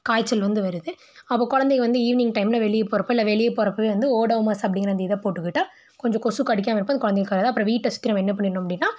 காய்ச்சல் வந்து வருது அப்போ குழந்தைங்க வந்து ஈவ்னிங் டைமில் வெளியே போகிறப்ப இல்லை வெளியே போகிறப்பவே வந்து ஓடோமாஸ் அப்டிங்கிற அந்த இதை போட்டுக்கிட்டால் கொஞ்சம் கொசு கடிக்காமல் இருக்கும் அது குழந்தைகளுக்காகதான் அப்பறம் வீட்டை சுற்றி நம்ம என்ன பண்ணிடணும் அப்படின்னா